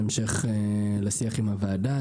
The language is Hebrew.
בהמשך לשיח עם הוועדה,